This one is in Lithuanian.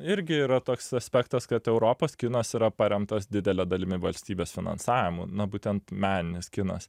irgi yra toks aspektas kad europos kinas yra paremtas didele dalimi valstybės finansavimu nu būtent meninis kinas